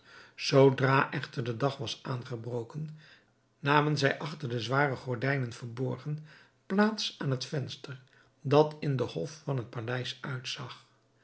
zoodra echter de dag was aangebroken namen zij achter de zware gordijnen verborgen plaats aan het venster dat in den hof van het paleis uitzag